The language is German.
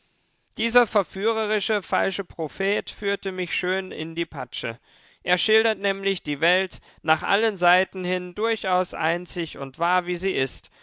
dieser verführerische falsche prophet führte mich schön in die patsche er schildert nämlich die welt nach allen seiten hin durchaus einzig und wahr wie sie ist